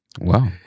Wow